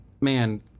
man